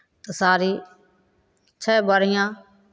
तऽ साड़ी छै बढिऑं